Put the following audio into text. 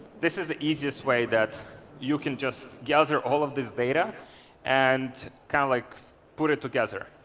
this is the easiest way that you can just gather all of these data and kind of like put it together.